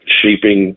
shaping